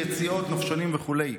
יציאות לנופשונים וכו'.